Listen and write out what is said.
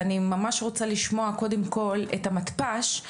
ואני ממש רוצה לשמוע קודם כל את המתפ"ש,